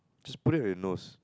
just put it on your nose